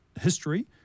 history